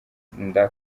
agahinda